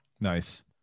Nice